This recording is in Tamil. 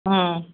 ம்